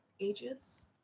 ages